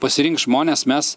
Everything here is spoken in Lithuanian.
pasirinks žmonės mes